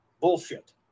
bullshit